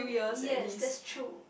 yes that's true